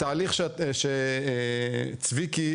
התהליך שצביקי,